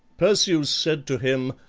perseus said to him,